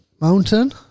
mountain